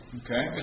okay